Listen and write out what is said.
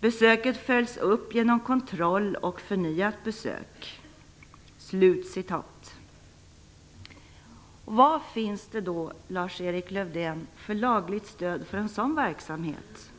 Besöket följs upp genom kontroll och förnyat besök". Vad finns det då, Lars-Erik Lövdén, för lagligt stöd för en sådan verksamhet?